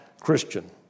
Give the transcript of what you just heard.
Christian